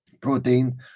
protein